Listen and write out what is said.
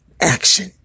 action